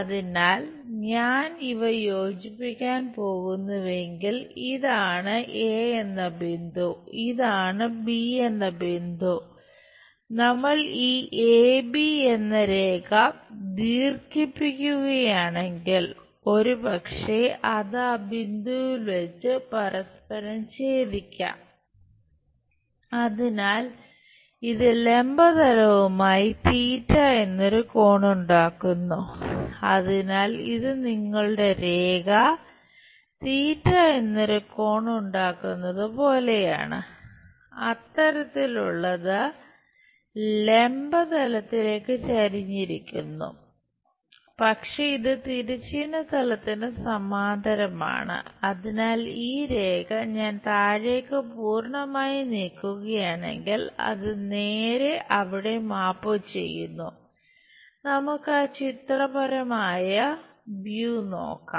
അതിനാൽ ഞാൻ ഇവ യോജിപ്പിക്കാൻ പോകുന്നുവെങ്കിൽ ഇതാണ് എ നോക്കാം